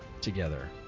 together